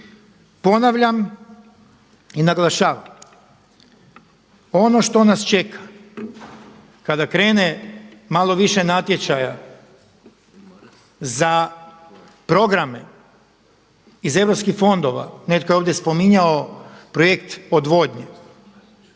Ponavljam i naglašavam, ono što nas čeka kada krene malo više natječaja za programe iz europskih fondova, netko je ovdje spominjao projekt odvodnje,